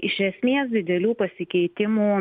iš esmės didelių pasikeitimų